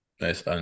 Nice